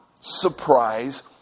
surprise